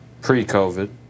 pre-covid